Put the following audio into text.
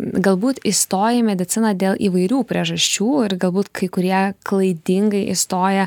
galbūt įstoja į mediciną dėl įvairių priežasčių ir galbūt kai kurie klaidingai įstoja